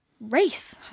race